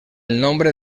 nombre